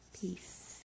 peace